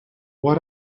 what